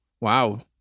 Wow